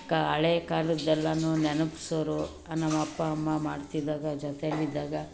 ಕ್ ಹಳೆ ಕಾಲದ ಎಲ್ಲವೂ ನೆನಪಿಸೋರು ನಮ್ಮ ಅಪ್ಪ ಅಮ್ಮ ಮಾಡ್ತಿದ್ದಾಗ ಜೊತೆಯಲ್ಲಿದ್ದಾಗ